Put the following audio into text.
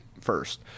first